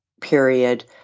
period